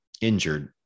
injured